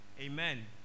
amen